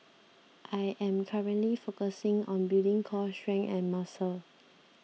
I am currently focusing on building core strength and muscle